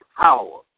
power